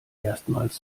erstmals